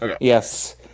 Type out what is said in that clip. Yes